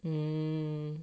um